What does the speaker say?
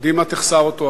קדימה תחסר אותו,